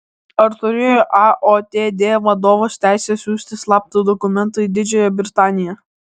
ar turėjo aotd vadovas teisę siųsti slaptą dokumentą į didžiąją britaniją